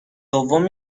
دوم